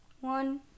one